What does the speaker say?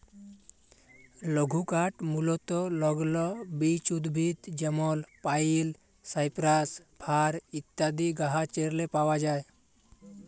লঘুকাঠ মূলতঃ লগ্ল বিচ উদ্ভিদ যেমল পাইল, সাইপ্রাস, ফার ইত্যাদি গাহাচেরলে পাউয়া যায়